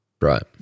Right